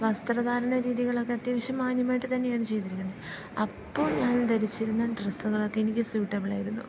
വസ്ത്രധാരണ രീതികളൊക്കെ അത്യാവശ്യം മാന്യമായിട്ട് തന്നെയാണ് ചെയ്തിരിക്കുന്നത് അപ്പോൾ ഞാൻ ധരിച്ചിരുന്ന ഡ്രസ്സുകളൊക്കെ എനിക്ക് സ്യൂട്ടബിളായിരുന്നു